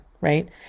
Right